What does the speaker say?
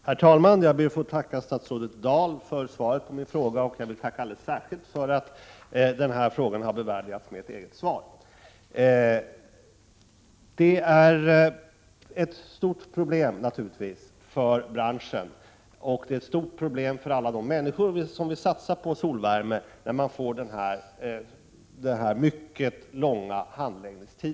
Herr talman! Jag ber att få tacka statsrådet Dahl för svaret på frågan, och jag vill tacka alldeles särskilt för att den här frågan har bevärdigats med ett eget svar. Den långa handläggningstiden är naturligtvis ett stort problem för branschen och för alla de människor som vill satsa på solvärme.